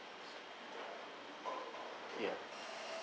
ya